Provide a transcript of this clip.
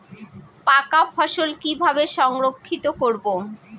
পাকা ফসল কিভাবে সংরক্ষিত করব?